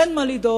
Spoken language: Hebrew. אין מה לדאוג,